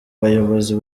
bayobozi